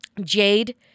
jade